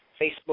Facebook